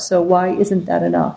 so why isn't that enough